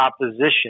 opposition